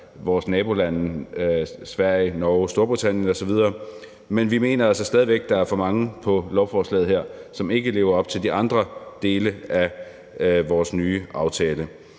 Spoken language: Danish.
vores nabolande Sverige, Norge, Storbritannien osv., men vi mener altså stadig væk, at der er for mange på lovforslaget her, som ikke lever op til de andre dele af vores nye aftale.